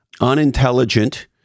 unintelligent